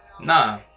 Nah